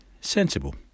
sensible